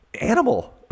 animal